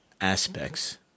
aspects